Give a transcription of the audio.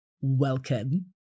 welcome